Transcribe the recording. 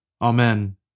Amen